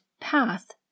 path